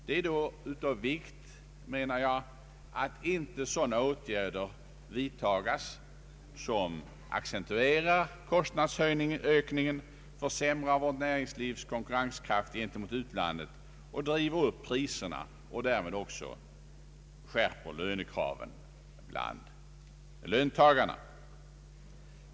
Det är då av vikt, menar jag, att inte sådana åtgärder vidtages som accentuerar kostnadsökningen, försämrar vårt näringslivs konkurrenskraft gentemot utlandet och driver upp priserna och därmed också lönekraven bland löntagarna.